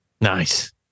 nice